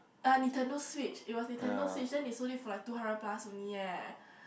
ah Nintendo switch it was Nintendo switch then they sold it for like two hundred plus only eh